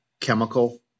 chemical